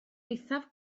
eithaf